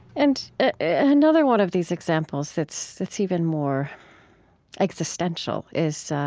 and another one of these examples that's that's even more existential is